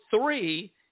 three